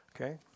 Okay